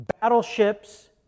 Battleships